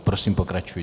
Prosím, pokračujte.